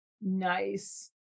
Nice